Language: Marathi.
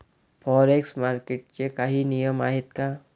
फॉरेक्स मार्केटचे काही नियम आहेत का?